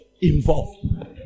involved